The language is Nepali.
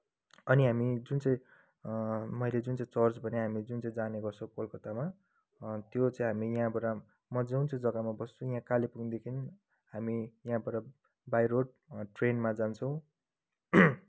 अनि हामी जुन चाहिँ मैले जुन चाहिँ चर्च भने हामी जुन चाहिँ जाने गर्छौँ कलकत्तामा त्यो चाहिँ हामी यहाँबाट म जुन चाहिँ जग्गामा बस्छु यहाँ कालेबुङदेखि हामी यहाँबाट बाई रोड ट्रेनमा जान्छौँ